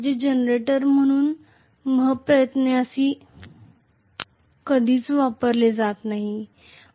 हे जनरेटर म्हणून महत्प्रयासाने कधीच वापरले जात नाही